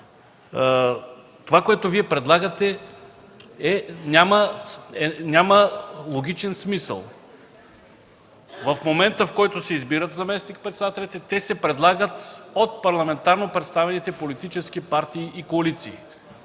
това, което Вие предлагате, няма логичен смисъл. В момента, в който се избират заместник-председателите, те се предлагат от парламентарно представените политически партии и коалиции.